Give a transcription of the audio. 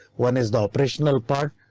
one is the operational part,